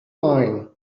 mine